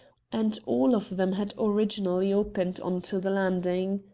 and all of them had originally opened on to the landing.